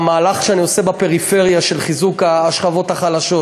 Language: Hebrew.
אני רוצה לוותר על המהלך שאני עושה בפריפריה של חיזוק השכבות החלשות,